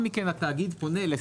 כרמל, אני אגיש את זה בנפרד ונראה איך